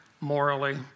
morally